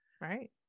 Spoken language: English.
right